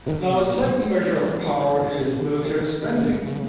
now, a certain measure of power is military spending.